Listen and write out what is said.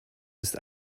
ist